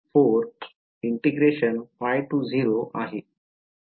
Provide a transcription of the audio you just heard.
तर ते − jkε4 आहे आणि